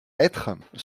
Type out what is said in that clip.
être